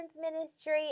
ministry